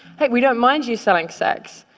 hey, we don't mind you selling sex,